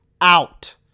out